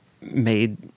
made